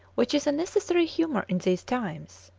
which is a necessary humour in these times,